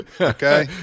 Okay